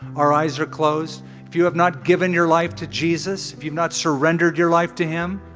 our eyes are closed if you have not given your life to jesus, if you've not surrendered your life to him,